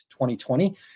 2020